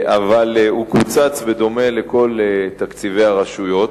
אבל הוא קוצץ בדומה לכל תקציבי הרשויות.